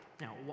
Now